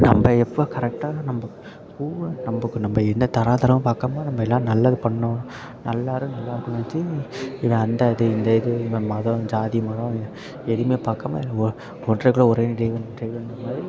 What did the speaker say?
நம்ம எப்போ கரெக்டாக நம்ம கூட நம்மக்கு நம்ம எந்த தராதரமும் பார்க்காம நம்ம எல்லாம் நல்லது பண்ணிணோம் எல்லாேரும் நல்லா இருக்கணும்னு நினச்சி இவன் அந்த இது இந்த இது இந்த மதம் ஜாதி மதம் எதுவுமே பார்க்காம ஒ ஒன்றே குலம் ஒருவனே தேவன் தெய்வம்ங்ற மாதிரி